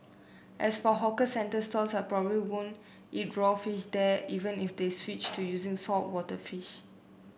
as for hawkers centre stalls I probably won't eat raw fish there even if they switched to using saltwater fish